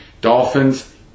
Dolphins